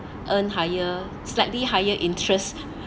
earn higher slightly higher interest